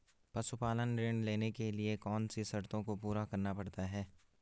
पशुपालन ऋण लेने के लिए कौन सी शर्तों को पूरा करना पड़ता है?